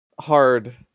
hard